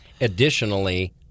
Additionally